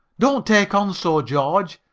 don't take on so, george,